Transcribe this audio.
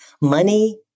money